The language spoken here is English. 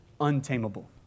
untamable